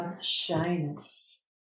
shyness